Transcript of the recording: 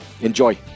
Enjoy